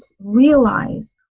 realize